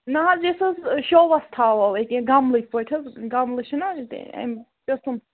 نہَ حظ یُس حظ شوٚوس تھاوَو أتۍ یا گملٕکۍ پٲٹھۍ حظ گملہٕ چھِناہ حظ امِکۍ قٕسم